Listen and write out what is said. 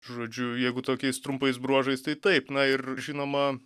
žodžiu jeigu tokiais trumpais bruožais tai taip na ir žinoma